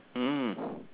mm